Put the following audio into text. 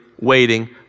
waiting